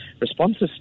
responses